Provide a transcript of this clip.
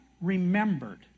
remembered